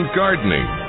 gardening